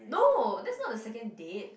no that's not the second date